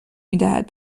میدهد